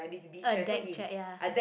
a deck track ya